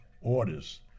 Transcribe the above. orders